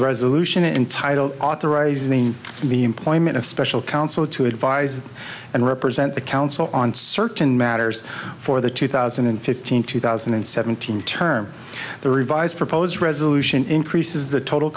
resolution in title authorizing the employment of special counsel to advise and represent the council on certain matters for the two thousand and fifteen two thousand and seventeen term the revised proposed resolution increases the total